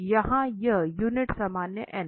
यहाँ यह यूनिट सामान्य है